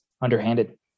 Underhanded